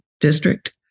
district